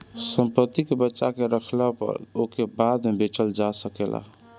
संपत्ति के बचा के रखला पअ ओके बाद में बेचल जा सकेला